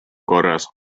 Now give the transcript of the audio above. korras